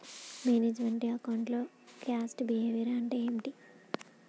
Manage meant account లో cost behaviour అంటే ఏమిటి?